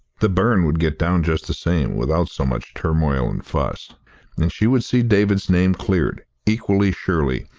the burn would get down just the same without so much turmoil and fuss and she would see david's name cleared, equally surely,